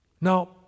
Now